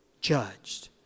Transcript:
judged